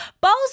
Balls